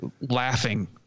laughing